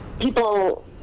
people